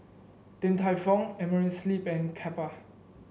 Din Tai Fung Amerisleep and Kappa